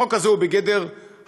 החוק הזה הוא בגדר הצהרה,